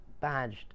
badged